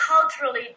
culturally